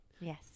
Yes